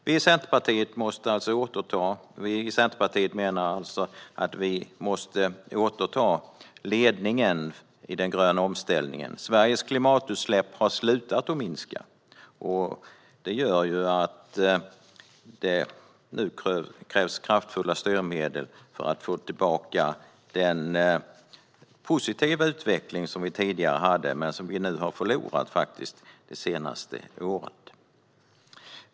Vi i Centerpartiet menar att vi måste återta ledningen i den gröna omställningen. Sveriges klimatutsläpp har slutat minska, och det gör att det nu krävs kraftfulla styrmedel för att få tillbaka den positiva utveckling vi tidigare hade men faktiskt har förlorat det senaste året.